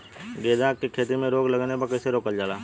गेंदा की खेती में रोग लगने पर कैसे रोकल जाला?